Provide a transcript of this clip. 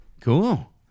Cool